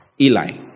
Eli